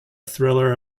thriller